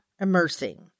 immersing